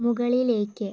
മുകളിലേക്ക്